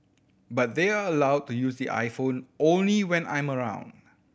but they are allowed to use the iPhone only when I'm around